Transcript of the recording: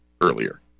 earlier